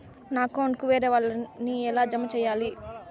నా అకౌంట్ కు వేరే వాళ్ళ ని ఎలా జామ సేయాలి?